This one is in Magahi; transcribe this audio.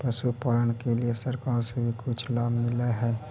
पशुपालन के लिए सरकार से भी कुछ लाभ मिलै हई?